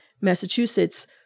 Massachusetts